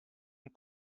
een